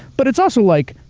but it's also like,